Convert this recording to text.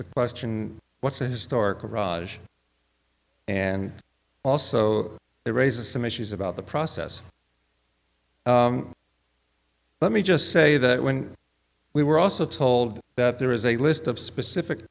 the question what's the historical raj and also the raises some issues about the process let me just say that when we were also told that there is a list of specific